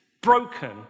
broken